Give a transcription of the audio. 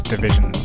division